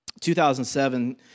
2007